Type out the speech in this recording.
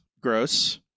gross